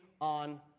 on